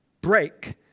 break